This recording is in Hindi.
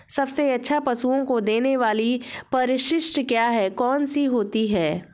सबसे अच्छा पशुओं को देने वाली परिशिष्ट क्या है? कौन सी होती है?